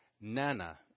Nana